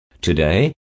Today